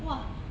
!wah!